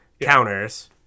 counters